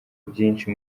byinshi